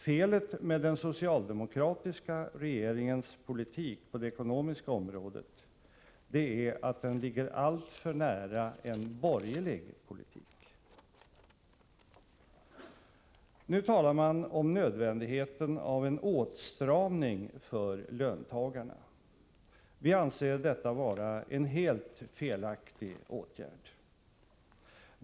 Felet med den socialdemokratiska regeringens politik på det ekonomiska området är att den ligger alltför nära en borgerlig politik. Nu talar man om nödvändigheten av en åtstramning för löntagarna. Vi anser detta vara en helt felaktig åtgärd.